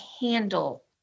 handle